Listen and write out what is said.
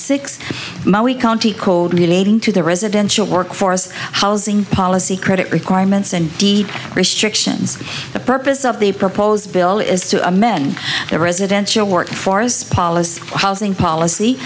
called relating to the residential workforce housing policy credit requirements and deed restrictions the purpose of the proposed bill is to amend the residential work force policy housing policy